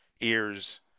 ears